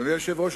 אדוני היושב-ראש,